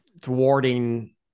thwarting